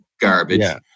garbage